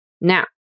Now